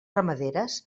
ramaderes